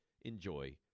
enjoy